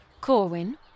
Corwin